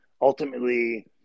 Ultimately